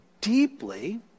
deeply